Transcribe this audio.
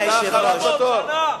1,300 שנה,